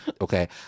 Okay